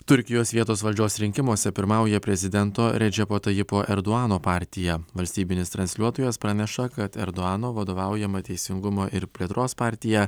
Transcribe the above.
turkijos vietos valdžios rinkimuose pirmauja prezidento redžepo tajipo erduano partija valstybinis transliuotojas praneša kad erdoano vadovaujama teisingumo ir plėtros partija